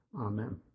Amen